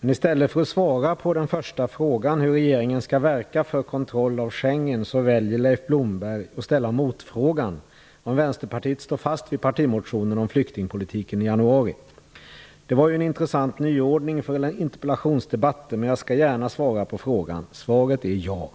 I stället för att svara på den första frågan, hur regeringen skall verka för kontroll av Schengen, väljer Leif Blomberg att ställa motfrågan om Vänsterpartiet står fast vid partimotionen om flyktingpolitiken som kom i januari. Det är en intressant nyordning för interpellationsdebatter. Men jag skall gärna svara på frågan. Svaret är ja.